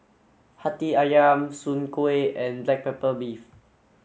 Hati Ayam Soon Kueh and black pepper beef